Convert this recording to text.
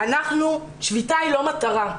שביתה היא לא מטרה.